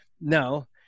no